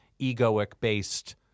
egoic-based